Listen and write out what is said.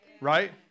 right